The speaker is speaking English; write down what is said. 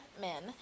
men